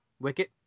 wicket